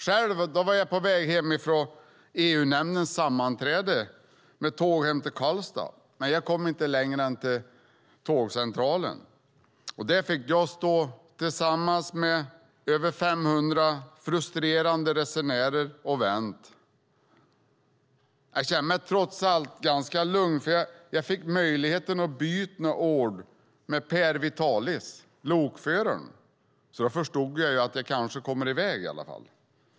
Själv var jag på väg från EU-nämndens sammanträde med tåg hem till Karlstad, men jag kom inte längre än till Centralen, och där fick jag stå tillsammans med över 500 frustrerade resenärer och vänta. Jag kände mig trots allt ganska lugn, för jag fick möjlighet att byta några ord med Per Vitalis, lokföraren. Då förstod jag att vi kanske skulle komma i väg i alla fall.